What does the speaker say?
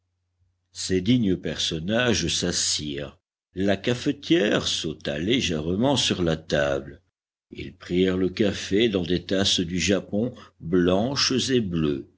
ces dignes personnages s'assirent la cafetière sauta légèrement sur la table ils prirent le café dans des tasses du japon blanches et bleues